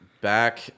Back